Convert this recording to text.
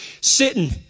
sitting